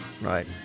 Right